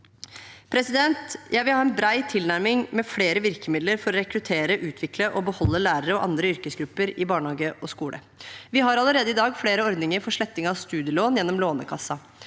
arbeidssted. Jeg vil ha en bred tilnærming med flere virkemidler for å rekruttere, utvikle og beholde lærere og andre yrkesgrupper i barnehage og skole. Vi har allerede i dag flere ordninger for sletting av studielån gjennom Lånekassen.